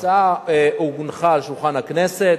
ההצעה הונחה על שולחן הכנסת,